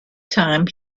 time